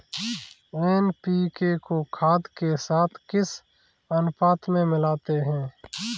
NPK को खाद के साथ किस अनुपात में मिलाते हैं?